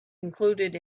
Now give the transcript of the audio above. included